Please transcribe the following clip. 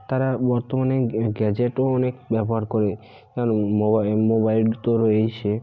তারা বর্তমানে গ্যা গ্যাজেটও অনেক ব্যবহার করে কারণ মোবাই মোবাইল তো রয়েইছে